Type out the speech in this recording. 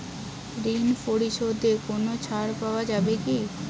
ঋণ পরিশধে কোনো ছাড় পাওয়া যায় কি?